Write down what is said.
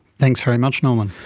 thanks very much norman.